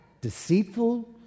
deceitful